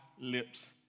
lips